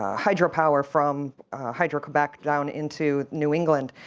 hydropower from hydro back down into new england.